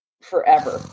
forever